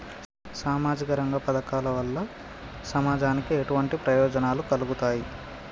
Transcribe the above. సామాజిక రంగ పథకాల వల్ల సమాజానికి ఎటువంటి ప్రయోజనాలు కలుగుతాయి?